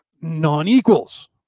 non-equals